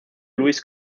luis